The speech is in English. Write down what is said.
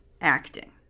acting